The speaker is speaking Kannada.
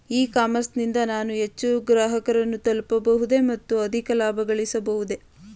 ಇ ಕಾಮರ್ಸ್ ನಿಂದ ನಾನು ಹೆಚ್ಚು ಗ್ರಾಹಕರನ್ನು ತಲುಪಬಹುದೇ ಮತ್ತು ಅಧಿಕ ಲಾಭಗಳಿಸಬಹುದೇ?